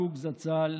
הצעה